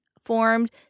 formed